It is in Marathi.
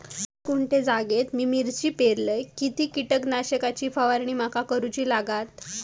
चार गुंठे जागेत मी मिरची पेरलय किती कीटक नाशक ची फवारणी माका करूची लागात?